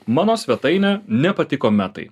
mano svetainė nepatiko metai